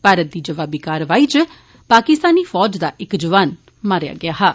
भारत दी जवाबी कारवाई इच पाकिस्तानी फौज च इक जौआन मारेआ गेआ हा